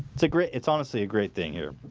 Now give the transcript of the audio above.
it's a grit. it's honestly a great thing here.